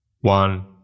one